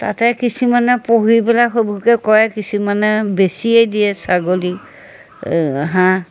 তাতে কিছুমানে পঢ়ি পেলাই সেইবোৰকে কৰে কিছুমানে বেছিয়ে দিয়ে ছাগলী হাঁহ